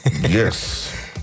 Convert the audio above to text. Yes